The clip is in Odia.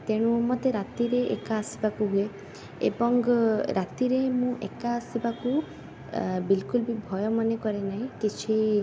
ତେଣୁ ମୋତେ ରାତିରେ ଏକା ଆସିବାକୁ ହୁଏ ଏବଂ ରାତିରେ ମୁଁ ଏକା ଆସିବାକୁ ଆ ବିଲକୁଲ ବି ଭୟ ମନେ କରେ ନାହିଁ କିଛି